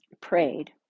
prayed